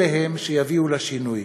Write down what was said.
הם שיביאו לשינוי.